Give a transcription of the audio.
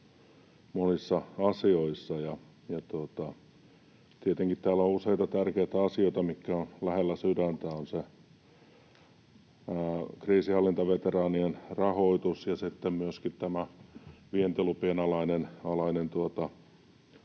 monissa asioissa. Tietenkin täällä on useita tärkeitä asioita, mitkä ovat lähellä sydäntä: on se kriisinhallintaveteraanien rahoitus ja sitten myöskin vientilupien alaiset